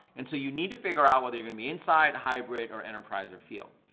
and so you need to figure out whether you're gonna be inside hybrid or enterprise or field.